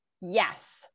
Yes